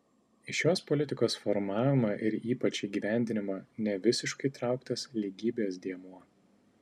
į šios politikos formavimą ir ypač įgyvendinimą nevisiškai įtrauktas lygybės dėmuo